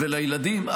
ולילדים.